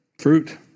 fruit